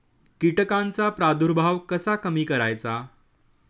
कीटकांचा प्रादुर्भाव कसा कमी करायचा?